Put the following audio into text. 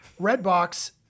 Redbox